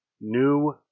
new